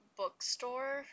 bookstore